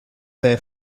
their